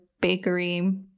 Bakery